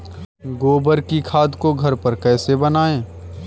गोबर की खाद को घर पर कैसे बनाएँ?